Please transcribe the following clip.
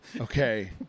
Okay